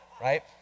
right